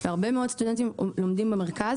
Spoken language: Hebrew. והרבה מאוד סטודנטים לומדים במרכז,